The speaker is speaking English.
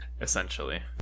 essentially